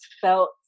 felt